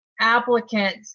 applicant